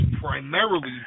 primarily